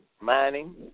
mining